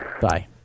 Bye